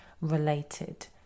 related